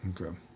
Okay